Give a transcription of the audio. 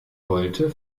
wollte